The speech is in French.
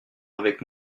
avec